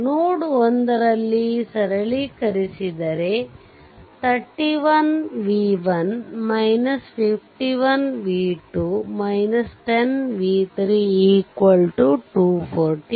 ನೋಡ್ 1 ರಲ್ಲಿ ಸರಳೀಕರಿಸಿದರೆ 31 v1 15 v2 10 v3 2 40